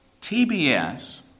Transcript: TBS